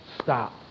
stop